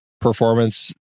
performance